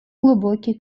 глубокий